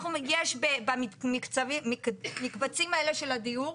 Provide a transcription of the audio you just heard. יש במקבצים האלה של הדיור,